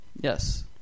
Yes